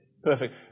Perfect